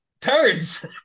turns